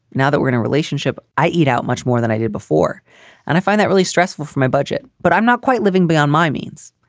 now that we're in a relationship, i eat out much more than i did before and i find that really stressful for my budget, but i'm not quite living beyond my means.